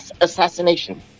assassination